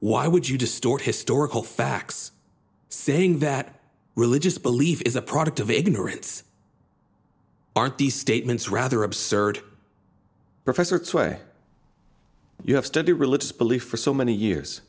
why would you distort historical facts saying that religious belief is a product of ignorance aren't the statements rather absurd professor tway you have studied a religious belief for so many years